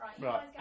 right